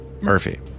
Murphy